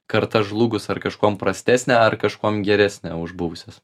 karta žlugus ar kažkuom prastesnė ar kažkuom geresnė už buvusias